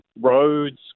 roads